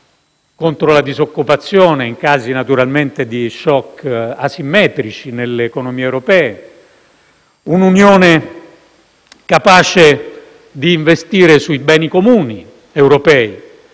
contro la disoccupazione in casi di *shock* asimmetrici nelle economie europee. Un'Unione capace di investire sui beni comuni europei,